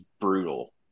brutal